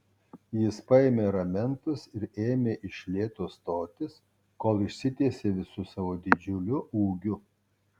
jis paėmė ramentus ir ėmė iš lėto stotis kol išsitiesė visu savo didžiuliu ūgiu